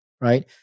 right